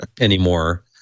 anymore